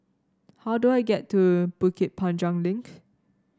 how do I get to Bukit Panjang Link